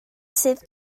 sydd